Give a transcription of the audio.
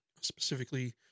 specifically